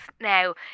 now